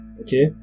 okay